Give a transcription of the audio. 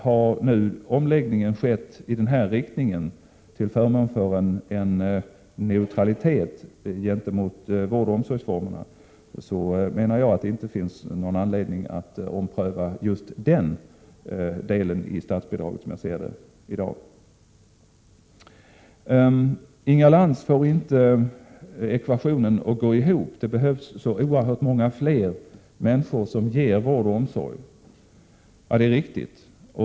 Har en omläggning skett i riktning mot neutralitet gentemot vårdoch omsorgsformerna, så menar jag att det inte finns någon anledning att ompröva just den delen i statsbidragen, som jag ser det i dag. 35 Inga Lantz får inte ekvationen att gå ihop — det behövs så oerhört många fler människor som ger vård och omsorg. Ja, det är riktigt.